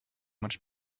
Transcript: much